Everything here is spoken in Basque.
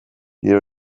nire